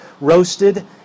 roasted